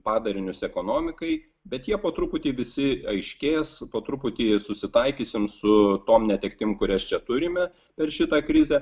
padarinius ekonomikai bet jie po truputį visi aiškės po truputį susitaikysim su tom netektim kurias čia turime per šitą krizę